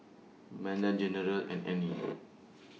Manda General and Annie